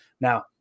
Now